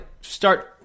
start